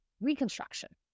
reconstruction